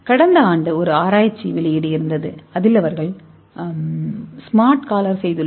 கடந்த ஆண்டு ஒரு ஆராய்ச்சி வெளியீடு இருந்தது அதில் அவர்கள் ஸ்மார்ட் காலர் செய்துள்ளனர்